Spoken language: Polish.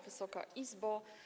Wysoka Izbo!